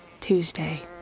Tuesday